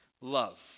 Love